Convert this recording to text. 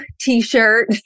t-shirt